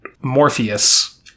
Morpheus